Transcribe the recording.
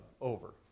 over